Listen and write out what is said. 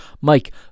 Mike